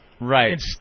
Right